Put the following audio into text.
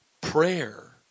prayer